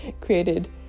created